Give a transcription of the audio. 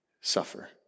suffer